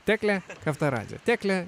teklė kaftaradzė tekle